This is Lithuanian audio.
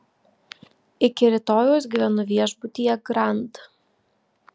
iki rytojaus gyvenu viešbutyje grand